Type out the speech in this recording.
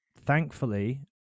thankfully